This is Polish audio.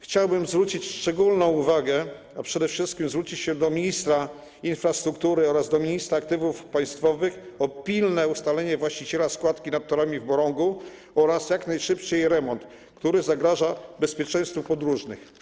Chciałbym zwrócić szczególną uwagę i przede wszystkim zwrócić się do ministra infrastruktury oraz do ministra aktywów państwowych o pilne ustalenie właściciela kładki nad torami w Morągu oraz jak najszybszy jej remont, bo stan kładki zagraża bezpieczeństwu podróżnych.